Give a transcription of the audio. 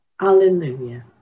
Alleluia